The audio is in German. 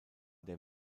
der